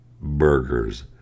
burgers